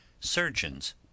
surgeons